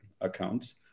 accounts